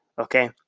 Okay